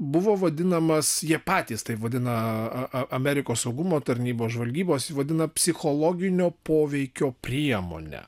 buvo vadinamas jie patys taip vadina amerikos saugumo tarnybos žvalgybos vadina psichologinio poveikio priemone